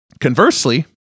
Conversely